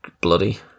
bloody